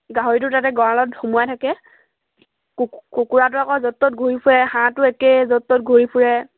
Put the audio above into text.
গাহৰিটো তাতে গঁৰালত সোমোৱাই থাকে কুকুৰাটো আকৌ য'ত ত'ত ঘূৰি ফুৰে হাঁহটো একেই য'ত ত'ত ঘূৰি ফুৰে